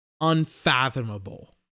unfathomable